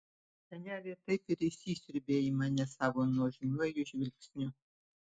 senelė taip ir įsisiurbė į mane savo nuožmiuoju žvilgsniu